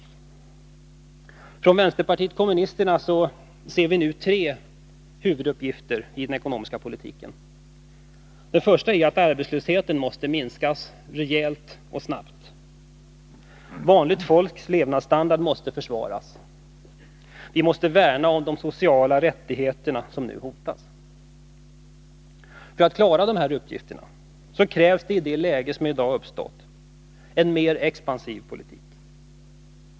Vi från vänsterpartiet kommunisterna ser nu tre huvuduppgifter i den ekonomiska politiken: för det första måste arbetslösheten minskas rejält och snabbt, för det andra måste vanligt folks levnadsstandard försvaras och för det tredje måste vi värna om de sociala rättigheter som nu hotas. För att klara dessa uppgifter behövs i dagens läge en mer expansiv politik.